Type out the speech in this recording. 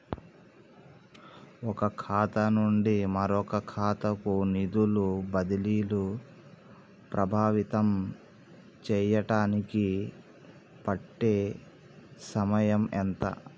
ఒక ఖాతా నుండి మరొక ఖాతా కు నిధులు బదిలీలు ప్రభావితం చేయటానికి పట్టే సమయం ఎంత?